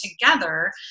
together